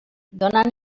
donant